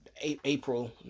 April